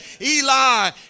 Eli